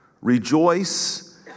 Rejoice